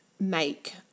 make